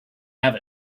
have